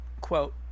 Quote